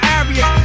areas